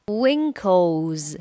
winkles